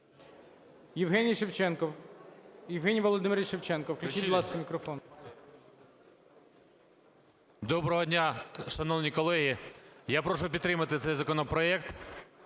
Доброго дня, шановні колеги! Я прошу підтримати цей законопроект.